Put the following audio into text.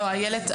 איילת,